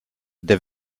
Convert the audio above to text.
der